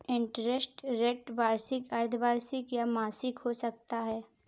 interest rate वार्षिक, अर्द्धवार्षिक या मासिक हो सकता है